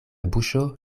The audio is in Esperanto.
buŝo